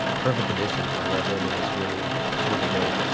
perfect condition and i loved it and it's really, it's really dope.